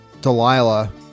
Delilah